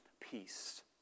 peace